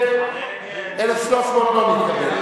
1,300 לא נתקבל.